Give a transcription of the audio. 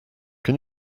can